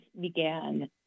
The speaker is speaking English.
began